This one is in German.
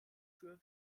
für